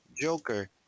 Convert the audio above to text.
Joker